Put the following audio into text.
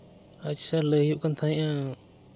ᱟᱪᱪᱷᱟ ᱞᱟᱹᱭ ᱦᱩᱭᱩᱜ ᱠᱟᱱ ᱛᱟᱦᱮᱸᱫᱼᱟ